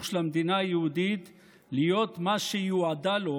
של המדינה היהודית להיות מה שיועדה לו,